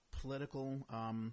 political, –